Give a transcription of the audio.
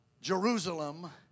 Jerusalem